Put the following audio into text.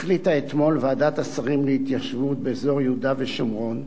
החליטה אתמול ועדת השרים להתיישבות באזור יהודה ושומרון,